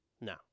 No